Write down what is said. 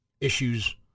issues